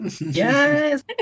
Yes